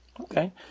Okay